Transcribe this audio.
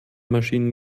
maschinen